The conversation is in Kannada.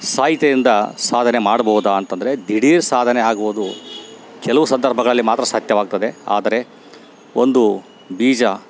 ಸಾಹಿತ್ಯದಿಂದ ಸಾಧನೆ ಮಾಡ್ಬೌದಾ ಅಂತಂದ್ರೆ ದಿಢೀರ್ ಸಾಧನೆ ಆಗವುದು ಕೆಲವು ಸಂದರ್ಭಗಳಲ್ಲಿ ಮಾತ್ರ ಸಾಧ್ಯವಾಗ್ತದೆ ಆದರೆ ಒಂದು ಬೀಜ